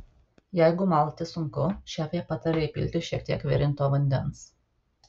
jeigu malti sunku šefė pataria įpilti šie tiek virinto vandens